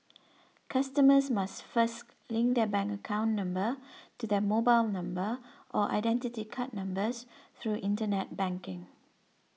customers must first link their bank account number to their mobile number or Identity Card numbers through Internet banking